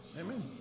Amen